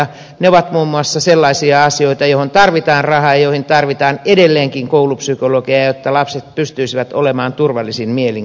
ne ovat muun muassa sellaisia asioita joihin tarvitaan rahaa ja joihin tarvitaan edelleenkin koulupsykologeja jotta lapset pystyisivät olemaan turvallisin mielin kouluissa